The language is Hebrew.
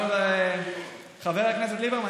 כבוד חבר הכנסת ליברמן,